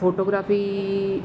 photography